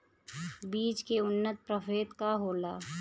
बीज के उन्नत प्रभेद का होला?